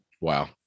wow